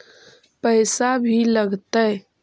पैसा भी लगतय?